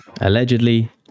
Allegedly